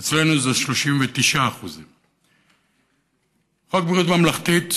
אצלנו זה 39%. חוק בריאות ממלכתי,